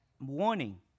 warning